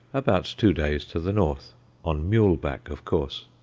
about two days to the north on mule-back of course.